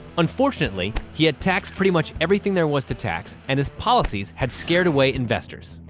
unfortunately, he had taxed pretty much everything there was to tax, and his policies had scared away investors.